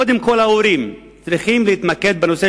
קודם כול ההורים צריכים להתמקד בנושא